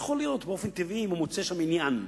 יכול להיות באופן טבעי, אם הוא מוצא שם עניין,